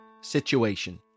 situation